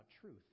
truth